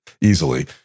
Easily